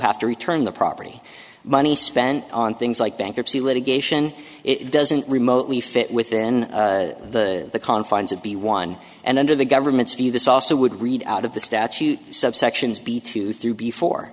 have to return the property money spent on things like bankruptcy litigation it doesn't remotely fit within the confines of b one and under the government's view this also would read out of the statute subsections be too through before